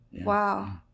Wow